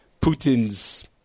Putin's